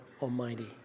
Almighty